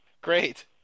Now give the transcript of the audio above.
Great